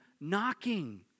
knocking